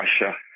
Russia